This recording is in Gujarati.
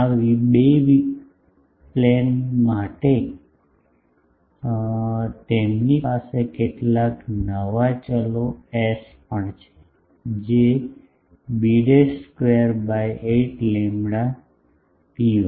આ બે વિમાનો માટે તેમની પાસે કેટલાક નવા ચલો s પણ છે જે બી સ્કેવેર બાય 8 લેમ્બડા ρ1